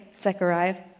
Zechariah